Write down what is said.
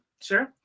sure